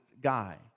guy